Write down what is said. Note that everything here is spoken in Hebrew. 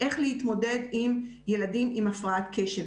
איך להתמודד עם ילדים עם הפרעת קשב,